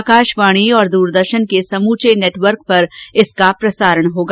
आकाशवाणी और दूरदर्शन के समूचे नेटवर्क पर इसका प्रसारण होगा